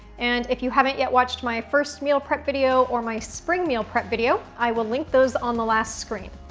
and if you haven't yet watched my first meal prep video or my spring meal prep video, i will link those on the last screen.